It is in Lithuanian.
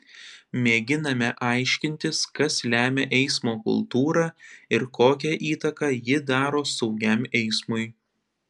mėginame aiškintis kas lemia eismo kultūrą ir kokią įtaką ji daro saugiam eismui